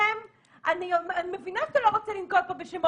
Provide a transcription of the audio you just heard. אני רוצה לשאול אותך מדוע עשית את כל